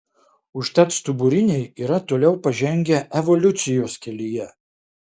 užtat stuburiniai yra toliau pažengę evoliucijos kelyje